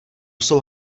jsou